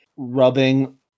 rubbing